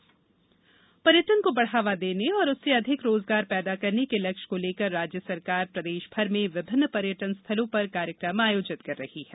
ओरछा महोत्सव पर्यटन को बढ़ावा देने और उससे अधिक रोजगार पैदा करने के लक्ष्य को लेकर राज्य सरकार प्रदेश भर में विभिन्न पर्यटन स्थलों पर कार्यकम आयोजित कर रही है